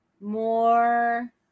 more